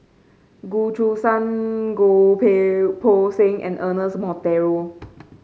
Goh Choo San Goh Poh Seng and Ernest Monteiro